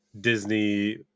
Disney